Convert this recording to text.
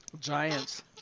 Giants